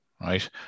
right